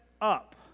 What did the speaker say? up